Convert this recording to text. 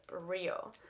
Real